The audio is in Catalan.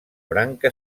branca